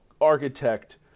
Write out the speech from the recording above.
architect